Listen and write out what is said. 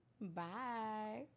bye